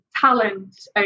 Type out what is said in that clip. talent